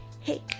hey